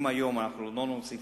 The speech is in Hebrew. אם היום לא נוסיף